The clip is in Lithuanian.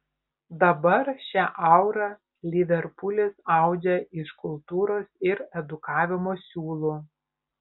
dabar šią aurą liverpulis audžia iš kultūros ir edukavimo siūlų